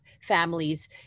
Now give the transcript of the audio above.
families